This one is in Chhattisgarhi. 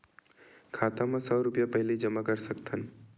खाता मा सौ रुपिया पहिली जमा कर सकथन?